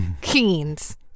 Keens